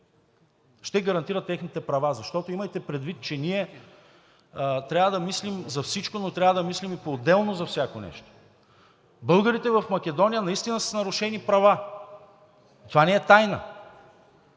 ще гарантира техните права, защото имайте предвид, че ние трябва да мислим за всичко, но трябва да мислим и поотделно за всяко нещо. Българите в Македония наистина са с нарушени права – това не е тайна.